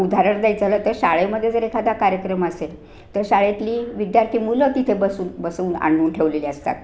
उदाहरण द्यायचं झालं तर शाळेमध्ये जर एखादा कार्यक्रम असेल तर शाळेतली विद्यार्थी मुलं तिथे बसून बसवून आणून ठेवलेली असतात